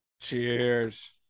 Cheers